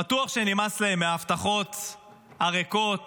בטוח שנמאס להם מההבטחות הריקות